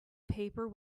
paper